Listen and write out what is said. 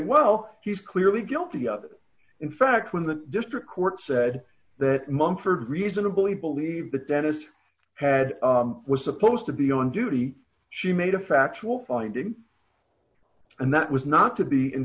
well he's clearly guilty of it in fact when the district court said that munford reasonably believe the dentist had was supposed to be on duty she made a factual finding and that was not to be in